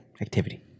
Activity